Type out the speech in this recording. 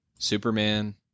Superman